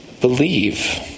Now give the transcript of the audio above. believe